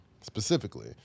specifically